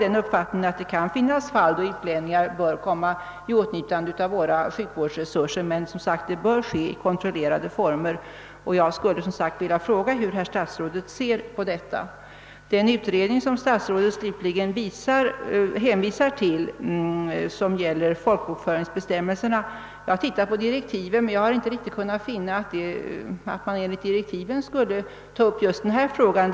Det kan finnas fall då utlänningar bör komma i åtnjutande av våra sjukvårdsresurser, men det bör som sagt ske i kontrollerade former. Jag frågar alltså hur herr statsrådet ser på detta. I slutet av sitt svar hänvisade statsrådet till att sakkunniga tillkallats med uppdrag att se över bestämmelserna om folkbokföring m.m. Jag har läst direktiven men inte kunnat finna att man enligt dessa skall ta upp just den fråga vi här diskuterar.